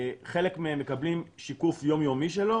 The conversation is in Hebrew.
חלק מהם מקבלים שיקוף יום-יומי שלו